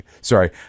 sorry